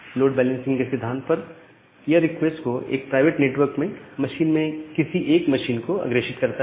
load balancing के सिद्धांत के आधार पर यह रिक्वेस्ट को यह प्राइवेट नेटवर्क में मशीन में किसी एक मशीन को अग्रेषित करता है